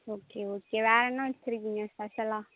okay okay வேறு என்ன வச்சுருக்கீங்க ஸ்பெஷலாக